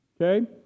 Okay